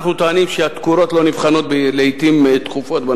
אנחנו טוענים שהתקורות בנושא לא נבחנות לעתים תכופות.